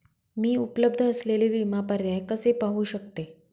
मी उपलब्ध असलेले विमा पर्याय कसे पाहू शकते?